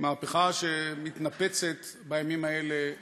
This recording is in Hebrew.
מהפכה שמתנפצת בימים האלה לרסיסים.